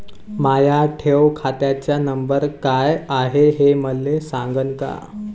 माया ठेव खात्याचा नंबर काय हाय हे मले सांगान का?